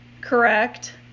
correct